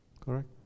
correct